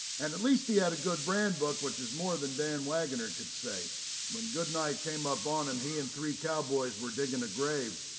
and at least he had a good brand book, which is more than dan wagoner could say when goodnight came up on him he and three cowboys were digging a grave.